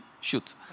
shoot